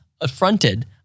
affronted